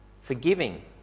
Forgiving